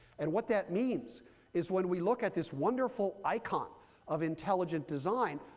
and what that means is when we look at this wonderful icon of intelligent design,